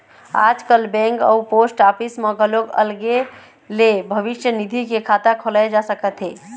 आजकाल बेंक अउ post office म घलोक अलगे ले भविस्य निधि के खाता खोलाए जा सकत हे